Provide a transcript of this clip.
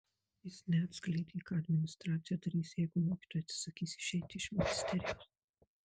jis neatskleidė ką administracija darys jeigu mokytojai atsisakys išeiti iš ministerijos